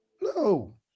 No